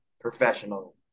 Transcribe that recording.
professional